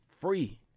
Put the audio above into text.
free